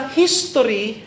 history